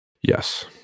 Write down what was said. yes